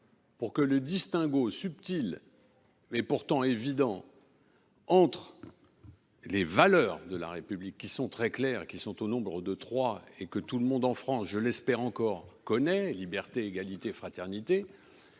pour que le distinguo subtil, mais pourtant évident, entre les valeurs de la République qui sont très claires, qui sont au nombre de trois et que tout le monde en France, je l'espère encore, connaît, liberté, égalité, fraternité,